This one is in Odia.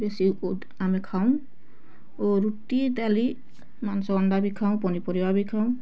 ବେଶୀ ଆମେ ଖାଉ ଓ ରୁଟି ଡାଲି ମାଂସ ଅଣ୍ଡା ବି ଖାଉ ପନିପରିବା ବି ଖାଉ